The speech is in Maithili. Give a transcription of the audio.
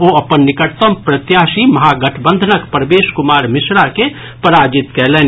ओ अपन निकटतम प्रत्याशी महागठबंधनक प्रवेश कुमार मिश्रा के पराजित कयलनि